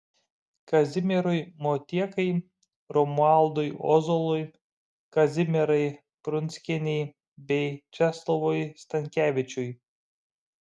kazimierui motiekai romualdui ozolui kazimierai prunskienei bei česlovui stankevičiui